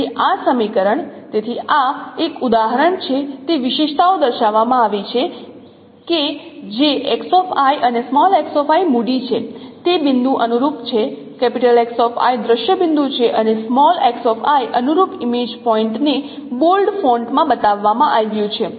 તેથી આ સમીકરણ તેથી આ એક ઉદાહરણ છે તે વિશેષતાઓ દર્શાવવામાં આવી છે કે જે અને મૂડી છે તે બિંદુ અનુરૂપ છે દ્રશ્ય બિંદુ છે અને અનુરૂપ ઇમેજ પોઇન્ટને બોલ્ડ ફોન્ટમાં બતાવવામાં આવ્યું છે